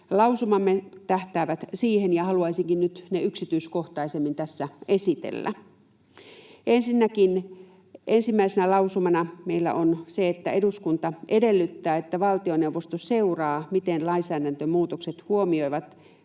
lausumamme tähtäävät siihen, ja haluaisinkin nyt ne yksityiskohtaisemmin tässä esitellä. Ensinnäkin ensimmäisenä lausumana meillä on se, että ”eduskunta edellyttää, että valtioneuvosto seuraa, miten lainsäädäntömuutokset huomioivat